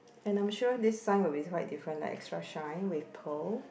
and I'm sure this sign will be quite different like extra shine with pearl